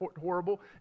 horrible